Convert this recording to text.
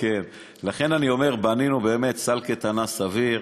לכן אני אומר, בנינו באמת סל קייטנה סביר,